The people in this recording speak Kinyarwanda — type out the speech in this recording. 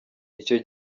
icyo